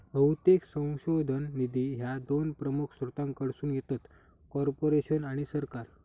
बहुतेक संशोधन निधी ह्या दोन प्रमुख स्त्रोतांकडसून येतत, कॉर्पोरेशन आणि सरकार